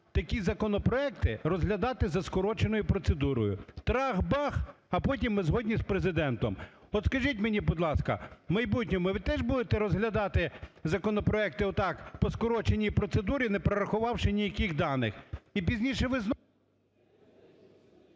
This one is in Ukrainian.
такі законопроекти розглядати за скороченою процедурою. Трах-бах, а потім ми згодні з Президентом. От скажіть мені, будь ласка, в майбутньому ви теж будете розглядати законопроекти отак, по скороченій процедурі, не прорахувавши ніяких даних? І пізніше ви знову…